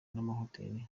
n’amahoteli